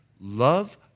Love